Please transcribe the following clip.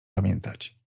pamiętać